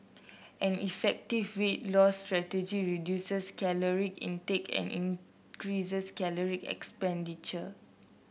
an effective weight loss strategy reduces caloric intake and increases caloric expenditure